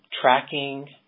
tracking